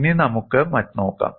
ഇനി നമുക്ക് മറ്റൊരു കേസ് നോക്കാം